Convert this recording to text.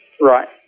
Right